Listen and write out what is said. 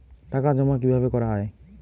টাকা জমা কিভাবে করা য়ায়?